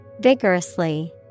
Vigorously